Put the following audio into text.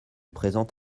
présent